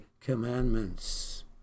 commandments